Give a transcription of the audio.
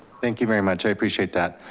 thank you very much, i appreciate that.